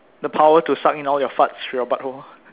the power to suck in all your farts through your butt hole